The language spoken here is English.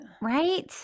right